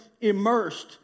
immersed